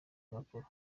impapuro